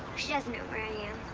she doesn't know where i